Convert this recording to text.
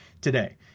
today